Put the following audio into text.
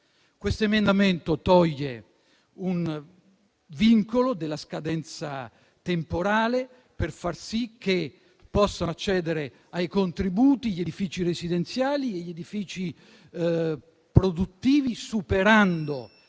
Questo emendamento toglie il vincolo della scadenza temporale, per far sì che possano accedere ai contributi gli edifici residenziali e gli edifici produttivi, superando